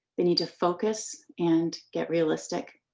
we need to focus and get realistic.